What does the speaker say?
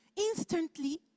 Instantly